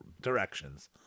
directions